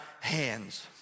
hands